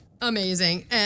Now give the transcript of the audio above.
Amazing